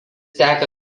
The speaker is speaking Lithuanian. teka